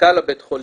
מנכ"ל בית החולים,